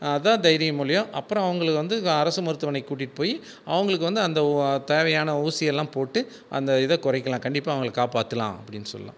அதான் தைரியம் ஒழிய அப்புறம் அவங்களுக்கு வந்து கா அரசு மருத்துமனைக் கூட்டிகிட்டு போய் அவங்களுக்கு வந்து அந்த ஓ தேவையான ஊசியெல்லாம் போட்டு அந்த இதை குறைக்கலாம் கண்டிப்பாக அவங்கள காப்பாற்றலாம் அப்படின்னு சொல்லலாம்